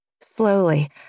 slowly